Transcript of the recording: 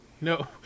No